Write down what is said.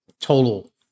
Total